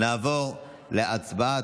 נעבור להצבעה,